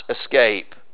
escape